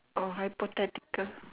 oh hypothetical